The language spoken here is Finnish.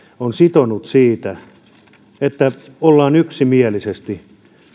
on sitonut siinä että ollaan yksimielisesti